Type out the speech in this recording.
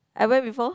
I went before